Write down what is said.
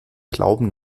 glauben